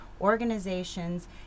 organizations